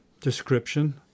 description